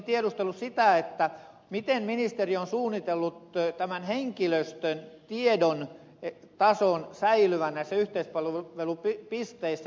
olisin tiedustellut sitä miten ministeri on suunnitellut tämän henkilöstön tiedon tason säilyvän näissä yhteispalvelupisteissä